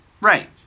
Right